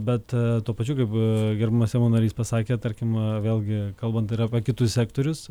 bet tuo pačiu kaip gerbiamas seimo narys pasakė tarkim vėlgi kalbant ir apie kitus sektorius